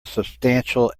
substantial